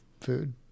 food